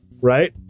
right